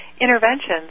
interventions